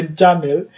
channel